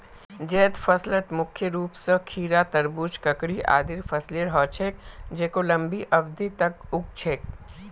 जैद फसलत मुख्य रूप स खीरा, तरबूज, ककड़ी आदिर फसलेर ह छेक जेको लंबी अवधि तक उग छेक